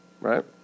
right